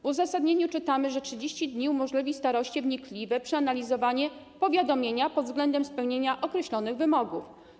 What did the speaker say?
W uzasadnieniu czytamy, że 30 dni umożliwi staroście wnikliwe przeanalizowanie powiadomienia pod względem spełnienia określonych wymogów.